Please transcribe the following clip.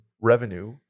revenue